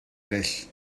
eraill